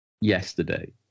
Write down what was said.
yesterday